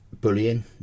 bullying